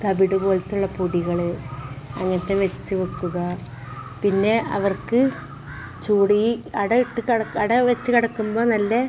തവിട് പോലത്തുള്ള പൊടികൾ അങ്ങനത്തെ വെച്ച് നോക്കുക പിന്നെ അവർക്ക് ചൂടി അട ഇട്ട് കെട അട വെച്ച് കിടക്കുമ്പോൾ നല്ല